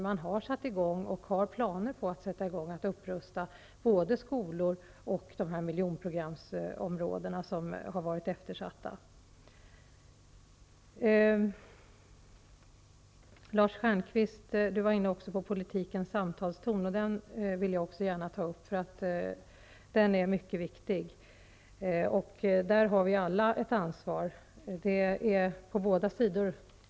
Man har satt i gång, och har planer på att sätta i gång, att upprusta både skolor och de miljonprogramsområden som varit eftersatta. Lars Stjernkvist talade om politikens samtalston. Också jag vill gärna beröra den frågan. Den är mycket viktig. Där har vi alla ett ansvar på båda sidor.